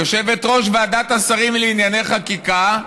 יושבת-ראש ועדת השרים לענייני חקיקה,